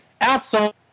outside